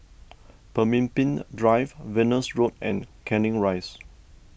Pemimpin Drive Venus Road and Canning Rise